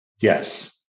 Yes